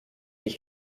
ich